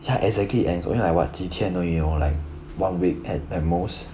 ya exactly and it's only like what 几天而已 orh like one week at at most